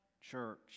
church